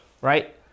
Right